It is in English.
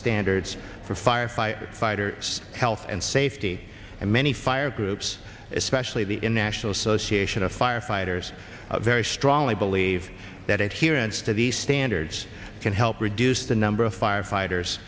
standards for fire fire fighters health and safety and many fire groups especially the international association of firefighters very strongly believe that here instead the standards can help reduce the number of firefighters